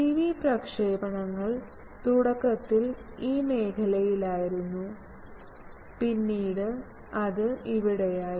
TV പ്രക്ഷേപണങ്ങൾ തുടക്കത്തിൽ ഈ മേഖലയിലായിരുന്നു പിന്നീട് അത് ഇവിടെയായി